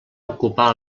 ocupar